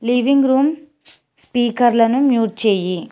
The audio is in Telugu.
లివింగ్ రూమ్ స్పీకర్లను మ్యూట్ చెయ్యి